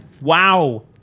Wow